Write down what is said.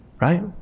right